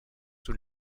sous